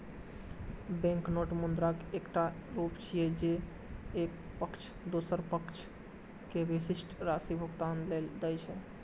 banknote मुद्राक एकटा रूप छियै, जे एक पक्ष दोसर पक्ष कें विशिष्ट राशि भुगतान लेल दै छै